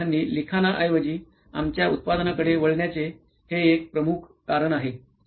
विद्यार्थ्यांनी लिखाणाऐवजी आमच्या उत्पादनाकडे वळण्याचे हे एक प्रमुख कारण आहे